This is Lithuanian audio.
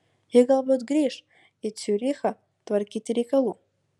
ji galbūt grįš į ciurichą tvarkyti reikalų